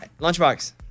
Lunchbox